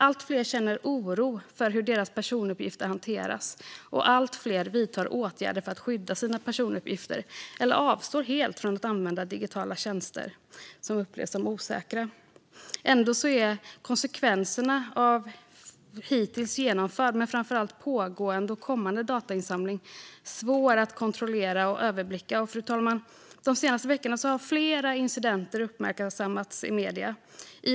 Allt fler känner oro för hur deras personuppgifter hanteras, och allt fler vidtar åtgärder för att skydda sina personuppgifter eller avstår helt från att använda digitala tjänster som upplevs som osäkra. Ändå är konsekvenserna av hittills genomförd, men framför allt pågående och kommande, datainsamling svåra att kontrollera och överblicka. Fru talman! De senaste veckorna har flera incidenter uppmärksammats i medierna.